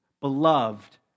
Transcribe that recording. beloved